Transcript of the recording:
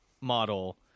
model